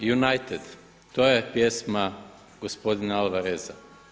United“, to je pjesma gospodina Alvareza.